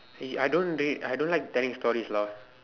eh I don't do it I don't like telling stories lah